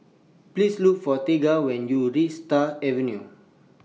Please Look For Tegan when YOU REACH Stars Avenue